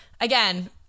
again